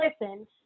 Listen